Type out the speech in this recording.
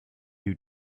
who